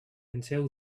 until